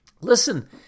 Listen